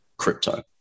crypto